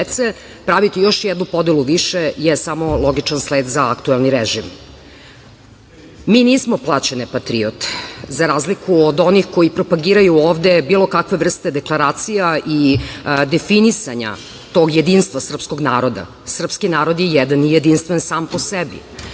praviti još jednu podelu više je samo logičan sled za aktuelni režim. Mi nismo plaćene patriote, za razliku od onih koji propagiraju ovde bilo kakve vrste deklaracija i definisanja tog jedinstva srpskog naroda. Srpski narod je jedan i jedinstven sam po sebi.